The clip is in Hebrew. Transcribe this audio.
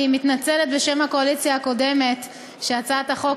אני מתנצלת בשם הקואליציה הקודמת שהצעת החוק